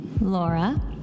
Laura